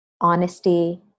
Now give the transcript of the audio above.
honesty